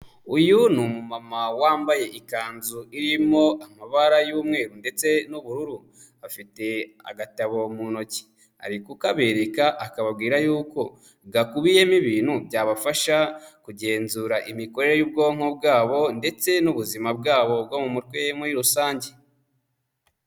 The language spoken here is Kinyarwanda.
Uyu ni umumama wambaye ikanzu irimo amabara y'umweru ndetse n'ubururu, afite agatabo mu ntoki, ari kukabereka akababwira yuko gakubiyemo ibintu byabafasha kugenzura imikorere y'ubwonko bwabo ndetse n'ubuzima bwabo bwo mu mutwe muri rusange.